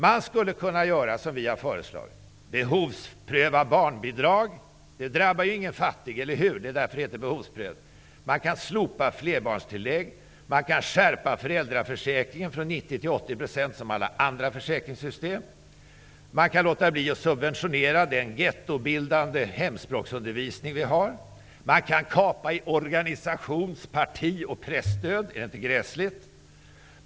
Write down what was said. Man skulle kunna, som vi har föreslagit, behovspröva barnbidragen. Det drabbar ingen fattig -- det ligger i begreppet behovsprövning. Man kan också slopa flerbarnstillägg och sänka ersättningsnivån i föräldraförsäkringen från 90 % till 80 %, som i alla andra försäkringssystem. Man kan också låta bli att subventionera den gettobildande hemspråksundervisning som vi har. Man kan skära i organisations-, parti och presstöd -- är det inte gräsligt!